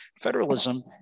federalism